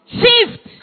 shift